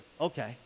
okay